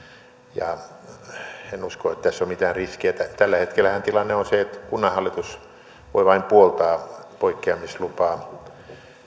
ja en usko että tässä on mitään riskiä tällä hetkellähän tilanne on se että kunnanhallitus voi vain puoltaa poikkeamislupaa